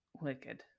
wicked